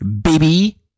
baby